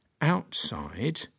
outside